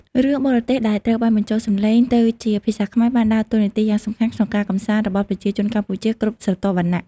រឿងបរទេសដែលត្រូវបានបញ្ចូលសម្លេងទៅជាភាសាខ្មែរបានដើរតួនាទីយ៉ាងសំខាន់ក្នុងការកម្សាន្តរបស់ប្រជាជនកម្ពុជាគ្រប់ស្រទាប់វណ្ណៈ។